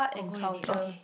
oh go already okay